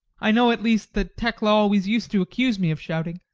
i know at least that tekla always used to accuse me of shouting.